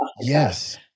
Yes